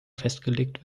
festgelegt